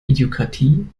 idiokratie